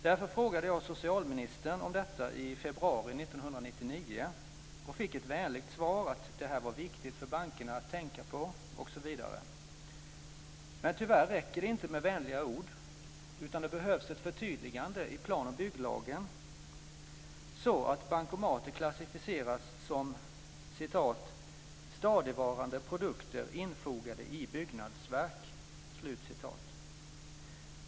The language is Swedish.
Därför frågade jag socialministern om detta i februari 1999 och fick ett vänligt svar att detta var viktigt för bankerna att tänka på, osv. Tyvärr räcker det inte med vänliga ord, utan det behövs ett förtydligande i plan och bygglagen så att bankomater klassificeras som "stadigvarande produkter infogade i byggnadsverk".